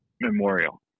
Memorial